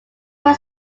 most